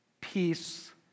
peace